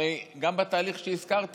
הרי גם בתהליך שהזכרת,